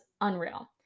unreal